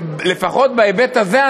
לפחות בהיבט הזה,